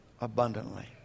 abundantly